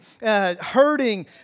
hurting